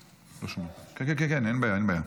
כן, אין בעיה.